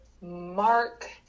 Mark